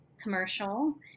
commercial